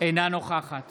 אינה נוכחת